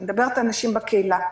אני מדברת על אנשים בקהילה.